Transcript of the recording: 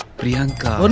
priyanka.